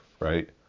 Right